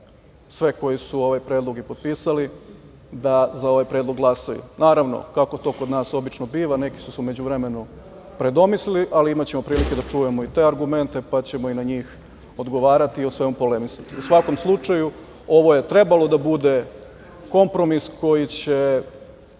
sve koji su ovaj predlog potpisali, da za ovaj predlog glasaju. Naravno, kako to kod nas obično biva, neki su se u međuvremenu predomislili, ali imaćemo prilike da čujemo i te argumente, pa ćemo na njih odgovarati i o svemu polemisati.U svakom slučaju, ovo je trebalo da bude kompromis koji će